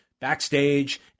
backstage